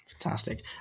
fantastic